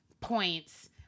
points